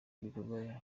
igikorwa